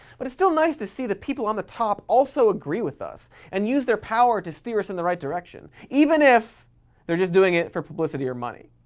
but it's still nice to see the people on the top also agree with us and use their power to steer us in the right direction, even if they're just doing it for publicity or money.